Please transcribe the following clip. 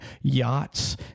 yachts